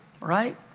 right